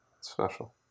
special